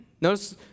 Notice